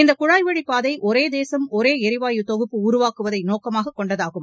இந்த குழாய்வழிப்பாதை ஒரே தேசம் ஒரே ளிவாயு தொகுப்பு உருவாக்குவதை நோக்கமாகக் கொண்டதாகும்